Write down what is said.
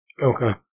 Okay